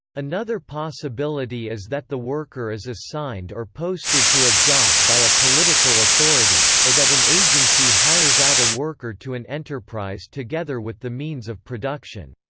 another possibility is that the worker is assigned or posted to a job by a political authority, or that an agency hires out a worker to an enterprise together with the means of production.